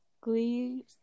Glee